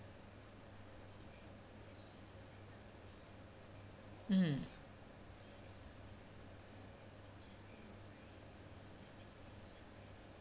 mm